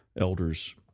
elders